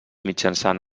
mitjançant